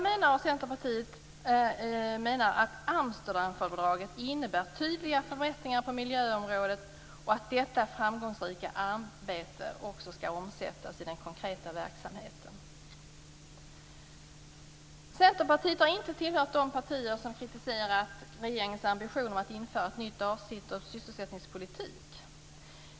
Vi i Centerpartiet menar att Amsterdamfördraget innebär tydliga förbättringar på miljöområdet och att detta framgångsrika arbete också skall omsättas i den konkreta verksamheten. Centerpartiet har inte tillhört de partier som har kritiserat regeringens ambition att införa ett nytt avsnitt om sysselsättningspolitik.